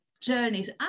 journeys